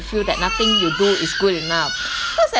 feel that nothing you do is good enough cause like